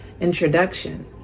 introduction